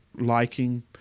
liking